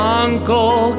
uncle